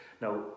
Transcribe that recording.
Now